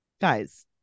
guys